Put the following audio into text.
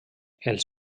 els